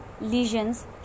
lesions